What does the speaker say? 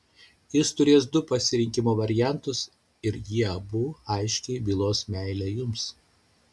jis turės du pasirinkimo variantus ir jie abu aiškiai bylos meilę jums